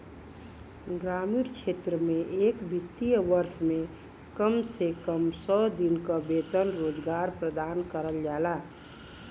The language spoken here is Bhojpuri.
ग्रामीण क्षेत्र में एक वित्तीय वर्ष में कम से कम सौ दिन क वेतन रोजगार प्रदान करल जाला